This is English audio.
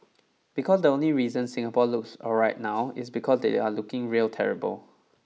because the only reason Singapore looks alright now is because they are looking real terrible